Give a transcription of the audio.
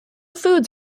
foods